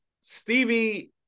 Stevie